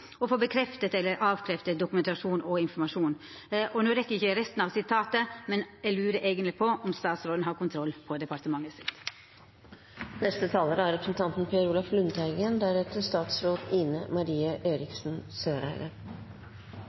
å få bekreftet eller avkreftet dokumentasjon og informasjon.» No rekk eg ikkje resten av sitatet, men eg lurer eigentleg på om statsråden har kontroll på departementet sitt. Jeg viser til saksordførerens gode innledning. Det er